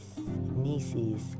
nieces